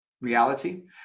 reality